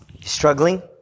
struggling